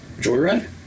Joyride